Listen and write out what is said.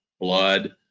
blood